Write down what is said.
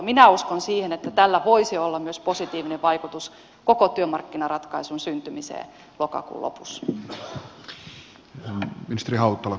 minä uskon siihen että tällä voisi olla myös positiivinen vaikutus koko työmarkkinaratkaisun syntymiseen lokakuun lopussa